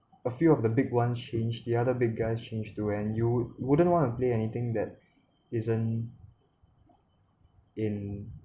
a few of the big one change the other big guys change too and you wouldn't wanna play anything that isn't in